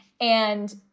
and-